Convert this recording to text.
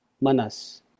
manas